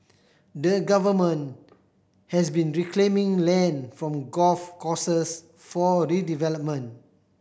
the Government has been reclaiming land from golf courses for redevelopment